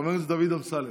חבר הכנסת דוד אמסלם.